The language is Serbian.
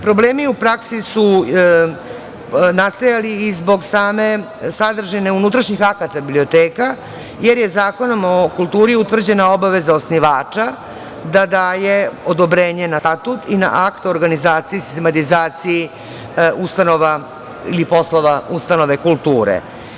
Problemi u praksi su nastajali i zbog same sadržine unutrašnjih akata biblioteka, jer je Zakonom o kulturi utvrđena obaveza osnivača da daje odobrenje na statut i na akt o organizaciji i sistematizaciji ustanova ili poslova ustanove kulture.